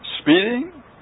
speeding